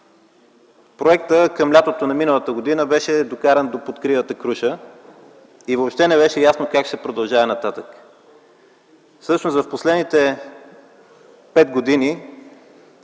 Проектът към лятото на миналата година беше докаран до под кривата круша и въобще не беше ясно как ще продължава нататък. Всъщност в последните пет години